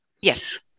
Yes